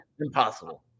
Impossible